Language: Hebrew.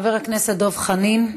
חבר הכנסת דב חנין,